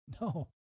No